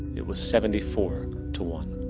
it was seventy-four to one.